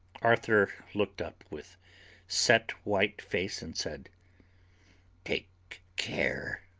arthur looked up with set white face and said take care,